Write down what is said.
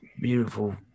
beautiful